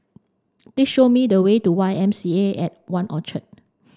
please show me the way to Y M C A at One Orchard